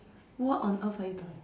what on earth are you talking